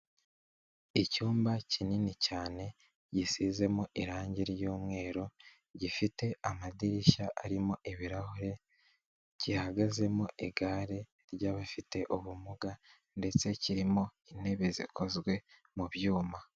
Icyumba kinini cyane gisizemo irangi ry'umweru gifite amadirishya arimo ibirahure, gihagazemo igare ry'abafite ubumuga ndetse kirimo intebe zikozwe mu byuma.